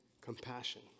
compassion